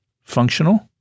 functional